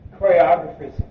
Choreographers